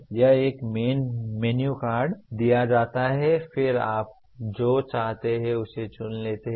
यह एक menu card दिया जाता है और फिर आप जो चाहते हैं उसे चुन लेते हैं